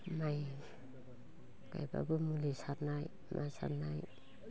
माइ गायब्लाबो मुलि सारनाय मा सारनाय